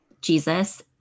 Jesus